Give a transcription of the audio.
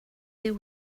beer